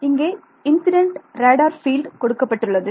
இங்கே incident radar field கொடுக்கப்பட்டுள்ளது